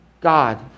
God